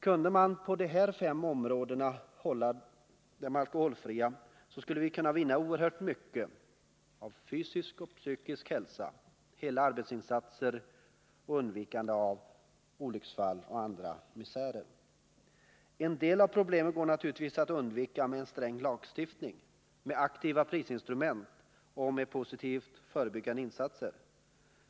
Kunde de här områdena hållas alkoholfria skulle vi kunna vinna oerhört mycket i fråga om fysisk och psykisk hälsa och hela arbetsinsatser, och vi skulle undvika massor av olycksfall och misär. En del av problemen går naturligtvis att undvika med en sträng lagstiftning, med aktiva prisinstrument och med positiva förebyggande insatser.